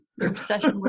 Obsession